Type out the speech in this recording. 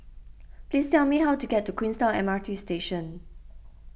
please tell me how to get to Queenstown M R T Station